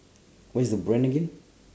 what is the brand again